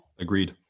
Agreed